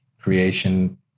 creation